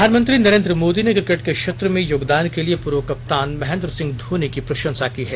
प्रधानमंत्री नरेंद्र मोदी ने क्रिकेट के क्षेत्र में योगदान के लिए पूर्व कप्तान महेंद्र सिंह धोनी की प्रशंसा की है